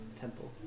temple